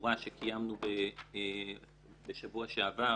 סגורה שקיימנו בשבוע שעבר